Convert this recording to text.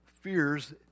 fears